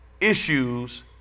issues